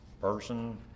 person